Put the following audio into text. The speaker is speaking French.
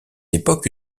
époque